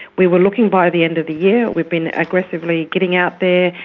we were looking by the end of the year, we've been aggressively getting out there,